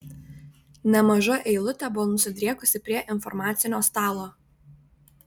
nemaža eilutė buvo nusidriekusi prie informacinio stalo